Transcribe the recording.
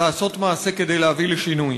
לעשות מעשה כדי להביא לשינוי.